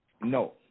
no